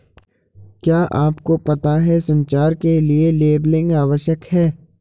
क्या आपको पता है संचार के लिए लेबलिंग आवश्यक है?